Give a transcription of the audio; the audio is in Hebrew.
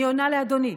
אני עונה לאדוני.